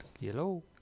Hello